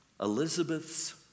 Elizabeth's